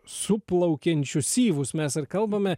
suplaukiančius syvus mes ir kalbame